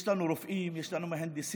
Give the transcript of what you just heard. יש לנו רופאים, יש לנו מהנדסים,